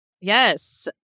Yes